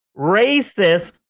racist